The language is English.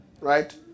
Right